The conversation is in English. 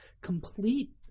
complete